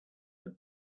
had